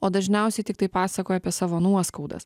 o dažniausiai tiktai pasakoja apie savo nuoskaudas